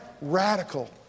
radical